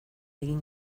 egin